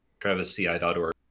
TravisCI.org